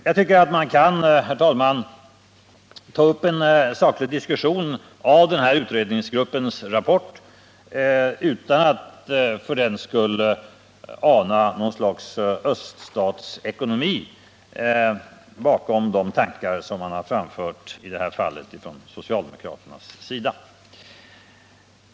Jag tycker att man kan ta upp en saklig diskussion av den här utredningsgruppens rapport utan att för den skull ana något slags öststatsekonomi bakom socialdemokraternas tankar.